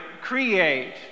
create